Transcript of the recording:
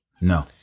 No